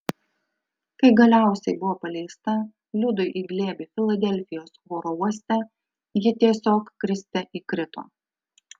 kai galiausiai buvo paleista liudui į glėbį filadelfijos oro uoste ji tiesiog kriste įkrito